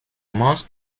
most